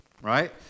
Right